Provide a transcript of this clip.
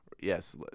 Yes